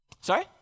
Sorry